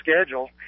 schedule